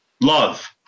love